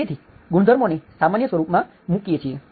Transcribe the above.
તેથી ગુણધર્મોને સામાન્ય સ્વરૂપમાં મૂકીએ છીએ